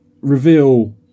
reveal